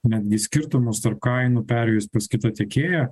netgi skirtumus tarp kainų perėjus pas kitą tiekėją